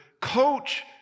coach